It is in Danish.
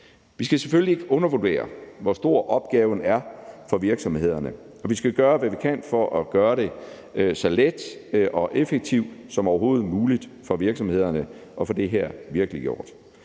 Vi skal selvfølgelig ikke undervurdere, hvor stor opgaven er for virksomhederne, og vi skal gøre, hvad vi kan for at gøre det så let og effektivt som overhovedet muligt for virksomhederne at få det her virkeliggjort.